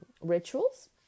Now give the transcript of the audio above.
Rituals